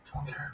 Okay